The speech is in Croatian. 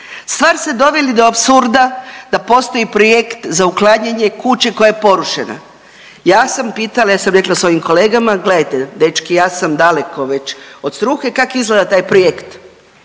Stvar ste doveli do apsurda da postoji projekt za uklanjanje kuće koja je porušena. Ja sam pitala, ja sam rekla svojim kolegama gledajte dečki ja sam daleko već od struke kak izgleda taj projekt?